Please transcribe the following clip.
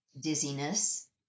dizziness